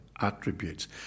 attributes